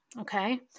okay